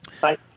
Bye